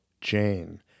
Jane